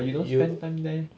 but you don't spend time there